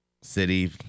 city